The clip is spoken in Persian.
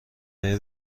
های